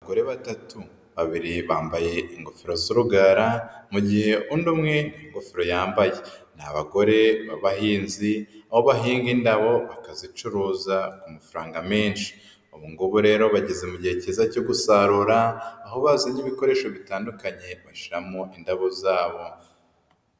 Abagore batatu, babiri bambaye ingofero z'urugara mu gihe undi umwe nta ngofero yambaye, ni abagore b'abahinzi aho bahinga indabo bakazicuruza amafaranga menshi, ubugubu rero bageze mu gihe cyiza cyo gusarura, aho bazanye ibikoresho bitandukanye bashyiramo indabo zabo.